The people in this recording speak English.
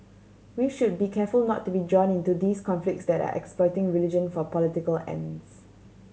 we should be careful not to be drawn into these conflicts that are exploiting religion for political ends